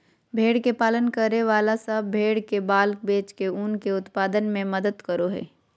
भेड़ के पालन करे वाला सब भेड़ के बाल बेच के ऊन के उत्पादन में मदद करो हई